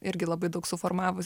irgi labai daug suformavus